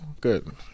Good